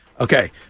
Okay